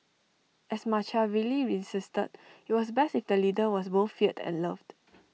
as Machiavelli insisted IT was best if the leader was both feared and loved